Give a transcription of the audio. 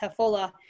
Tefola